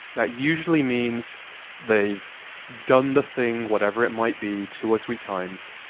that usually means they've done the thing, whatever it might be, two or three times.